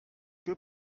que